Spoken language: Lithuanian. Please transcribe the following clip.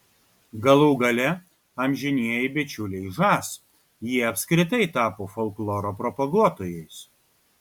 galų gale amžinieji bičiuliai žas jie apskritai tapo folkloro propaguotojais